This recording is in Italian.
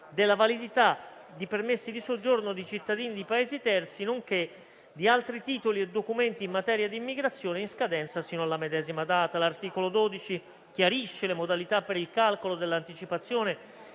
della validità di permessi di soggiorno di cittadini di Paesi terzi, nonché di altri titoli e documenti in materia di immigrazione in scadenza sino alla medesima data. L'articolo 12 chiarisce le modalità per il calcolo dell'anticipazione